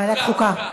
בוועדת החוקה.